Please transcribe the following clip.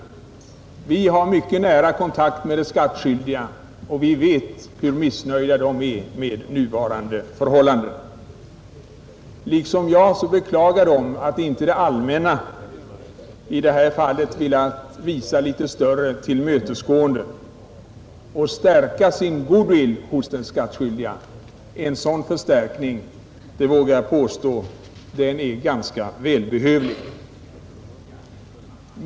Vi har mycket nära kontakt med de skattskyldiga, och vi vet hur missnöjda de är med nuvarande förhållande. Liksom jag beklagar de att inte det allmänna i detta fall velat visa litet större tillmötesgående och stärka sin goodwill hos de skattskyldiga. En sådan förstärkning är — det vågar jag påstå — ganska välbehövlig.